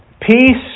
peace